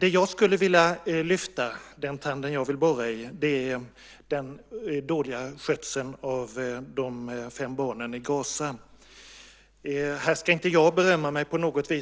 Det jag skulle vilja lyfta fram, den tand jag vill borra i, är den dåliga skötseln av de fem barnen i Gaza. Här ska inte jag på något vis berömma mig